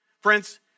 Friends